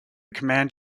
command